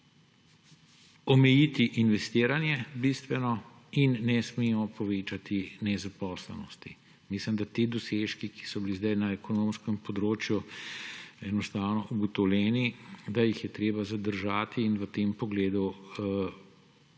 omejiti investiranje in ne smemo povečati nezaposlenosti. Mislim, da ti dosežki, ki so bili zdaj na ekonomskem področju enostavno ugotovljeni, da jih je treba zadržati in v tem pogledu ravnati